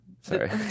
Sorry